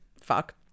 fuck